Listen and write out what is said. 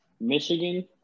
Michigan